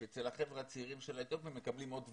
שאצל החבר'ה הצעירים של האתיופים מקבלים עוד דברים,